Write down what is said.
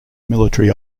military